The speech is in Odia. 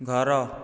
ଘର